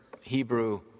Hebrew